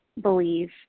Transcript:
believe